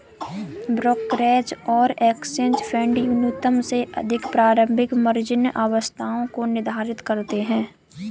brokerage और exchange फेडन्यूनतम से अधिक प्रारंभिक मार्जिन आवश्यकताओं को निर्धारित करते हैं